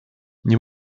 nie